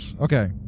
Okay